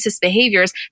behaviors